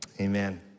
Amen